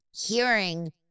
hearing